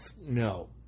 No